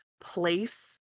place